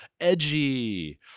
edgy